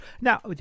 Now